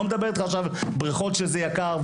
לא מדבר איתך עכשיו בריכות שזה יקר,